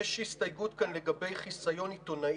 יש הסתייגות כאן לגבי חיסיון עיתונאי,